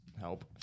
help